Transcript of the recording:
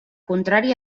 contrari